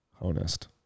Honest